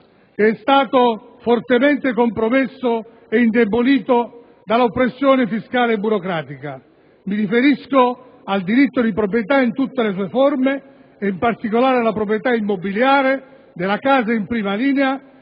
che è stato fortemente compromesso ed indebolito dall'oppressione fiscale e burocratica. Mi riferisco al diritto di proprietà in tutte le sue forme, in particolare alla proprietà immobiliare, della casa in primo luogo,